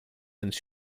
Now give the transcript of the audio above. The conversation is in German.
ins